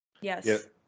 Yes